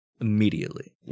immediately